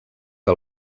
que